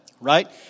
Right